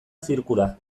zirkura